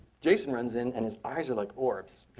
jason runs in, and his eyes are like orbs.